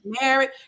married